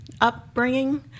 upbringing